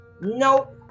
nope